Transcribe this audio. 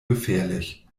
gefährlich